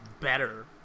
better